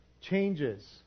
changes